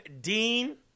Dean